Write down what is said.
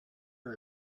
for